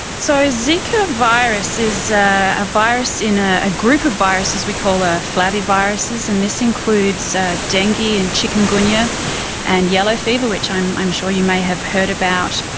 so zika virus is a virus in ah a group of viruses we call ah flaviviruses, and this includes so dengue and chikungunya and yellow fever, which i'm i'm sure you may have heard about.